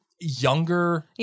younger